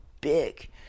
big